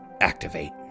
activate